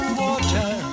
water